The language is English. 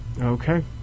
Okay